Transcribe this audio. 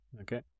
okay